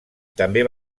també